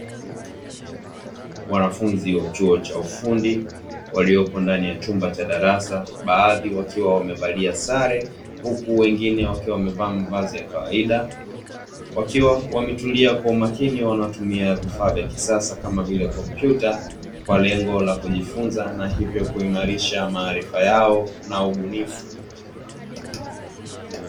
Wanafunzi wa chuo cha ufundi waliopo ndani ya chumba cha darasa baadhi wakiwa wamevalia sare huku wengine wakiwa wamevaa mavazi ya kawaida, wakiwa wametulia kwa umakini wanatumia vifaa vya kisasa kama vile kompyuta kwa lengo la kujifunza na hivyo kuimarisha maarifa yao na ubunifu.